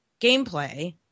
gameplay